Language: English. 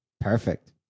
Perfect